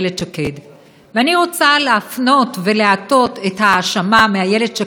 ואני רוצה להפנות ולהטות את ההאשמה מאיילת שקד לראש הממשלה.